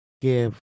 Give